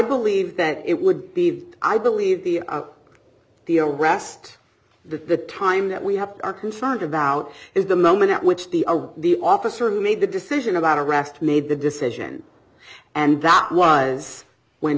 believe that it would be i believe the up the arrest the the time that we have are concerned about is the moment at which the the officer who made the decision about arrest made the decision and that was when